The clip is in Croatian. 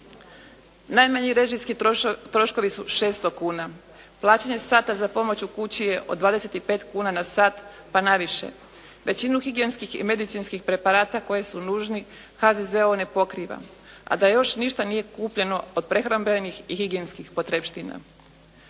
Najmanji režijski troškovi su 600 kuna. Plaćanje sata za pomoć u kući je od 25 kuna na sat pa na više. Većinu higijenskih i medicinskih preparata koji su nužni HZZO ne pokriva, a da još ništa nije kupljeno od prehrambenih i higijenskih potrepština.